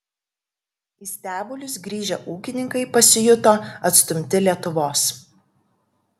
į stebulius grįžę ūkininkai pasijuto atstumti lietuvos